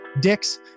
dicks